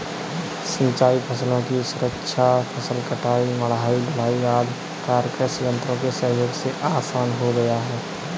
सिंचाई फसलों की सुरक्षा, फसल कटाई, मढ़ाई, ढुलाई आदि कार्य कृषि यन्त्रों के सहयोग से आसान हो गया है